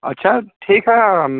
अच्छा ठीक है हम